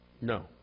No